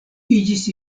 iĝis